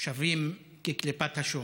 שווים כקליפת השום.